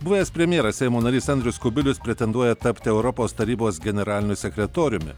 buvęs premjeras seimo narys andrius kubilius pretenduoja tapti europos tarybos generaliniu sekretoriumi